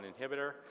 inhibitor